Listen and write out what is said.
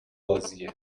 بازیه